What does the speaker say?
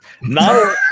Now